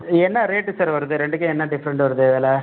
என்ன rate sir வருது ரெண்டுக்கும் என்ன டிஃப்ரெண்ட் வருது விலை